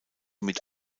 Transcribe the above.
mit